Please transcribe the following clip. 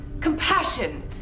compassion